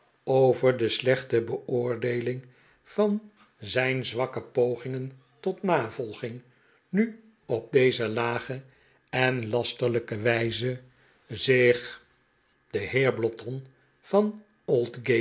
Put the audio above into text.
over de slechte beoordeeling van zijn zwakke pogingen tot navolging nu op deze lage en lasterlijke wijze zich de heer blotton van